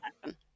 happen